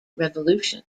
revolution